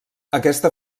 aquesta